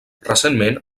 recentment